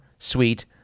sweet